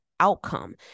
outcome